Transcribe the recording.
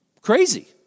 crazy